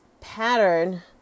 pattern